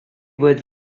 would